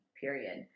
period